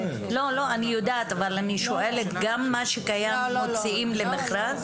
אני יודעת אבל אני שואלת האם גם מה שקיים מוציאים למכרז.